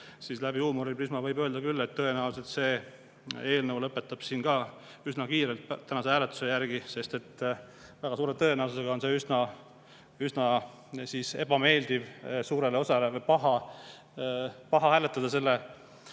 Läbi huumoriprisma võib öelda küll, et tõenäoliselt see eelnõu lõpetab siin ka üsna kiirelt tänase hääletuse järgi, sest väga suure tõenäosusega on see üsna ebameeldiv suurele osale saadikutest siin